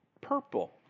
purple